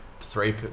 three